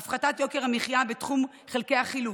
הפחתת יוקר המחיה בתחום חלקי החילוף,